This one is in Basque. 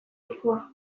lekua